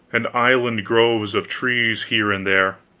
and island groves of trees here and there,